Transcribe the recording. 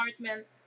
apartment